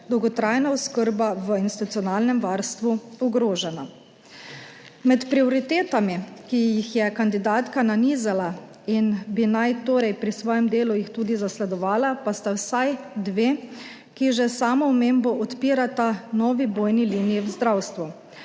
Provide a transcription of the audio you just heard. dolgotrajna oskrba v institucionalnem varstvu ogrožena. Med prioritetami, ki jih je kandidatka nanizala in bi naj torej pri svojem delu jih tudi zasledovala pa sta vsaj dve, ki že s samo omembo odpirata novi bojni liniji v zdravstvu.